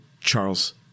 Charles